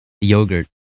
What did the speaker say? yogurt